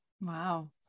Wow